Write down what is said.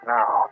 now